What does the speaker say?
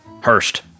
Hurst